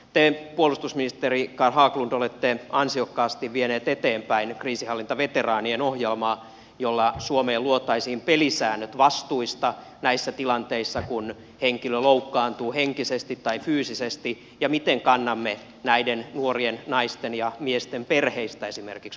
te puolustusministeri carl haglund olette ansiokkaasti vienyt eteenpäin kriisinhallintaveteraanien ohjelmaa jolla suomeen luotaisiin pelisäännöt vastuista näissä tilanteissa kun henkilö loukkaantuu henkisesti tai fyysisesti ja siitä miten kannamme esimerkiksi näiden nuorien naisten ja miesten perheistä vastuuta